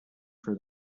for